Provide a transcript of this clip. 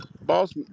Boss